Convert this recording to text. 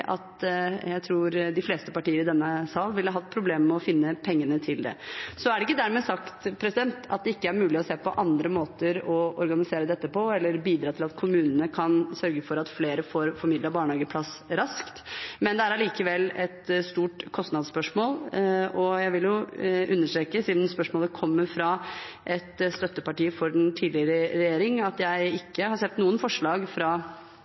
at de fleste partier i denne sal ville ha hatt problemer med å finne pengene til det. Så er det ikke dermed sagt at det ikke er mulig å se på andre måter å organisere dette på, eller bidra til at kommunene kan sørge for at flere får formidlet barnehageplass raskt, men det er allikevel et stort kostnadsspørsmål. Jeg vil også understreke, siden spørsmålet kommer fra et støtteparti for den tidligere regjeringen, at jeg ikke har sett noen forslag fra